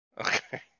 Okay